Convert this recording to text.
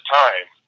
time